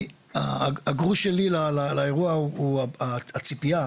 הגרוש שלי לאירוע הוא הציפייה,